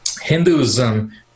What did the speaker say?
Hinduism